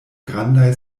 grandaj